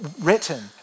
written